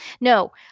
No